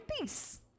peace